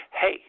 hey